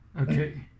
okay